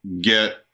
get